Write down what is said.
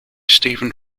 stephen